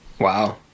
Wow